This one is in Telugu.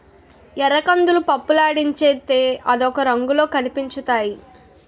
ఎర్రకందులు పప్పులాడించితే అదొక రంగులో కనిపించుతాయి